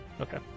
Okay